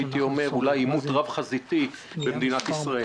אולי עימות רב-חזיתי במדינת ישראל.